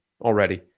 already